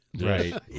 Right